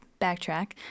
backtrack